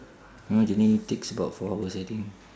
journey takes about four hours I think